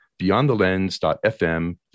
beyondthelens.fm